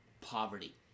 poverty